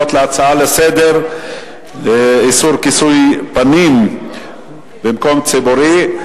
הצעה לסדר-היום: איסור כיסוי פנים במקום ציבורי.